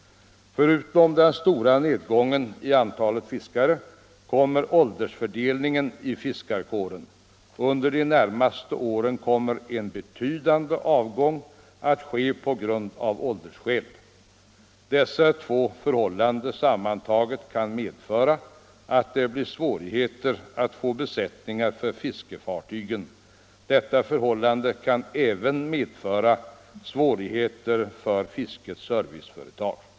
Till den stora nedgången i antalet fiskare kommer åldersfördelningen i fiskarkåren. Under de närmaste åren kommer en betydande avgång att ske av åldersskäl. Dessa två förhållanden sammantagna kan medföra att det blir svårigheter att få besättningar för fiskefartygen. Detta kan även medföra svårigheter för fiskets serviceföretag.